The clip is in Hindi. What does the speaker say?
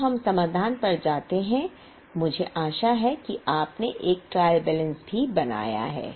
अब हम समाधान पर जाते हैं मुझे आशा है कि आपने एक ट्रायल बैलेंस भी बनाया है